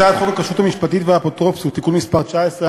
הצעת חוק הכשרות המשפטית והאפוטרופסות (תיקון מס' 19),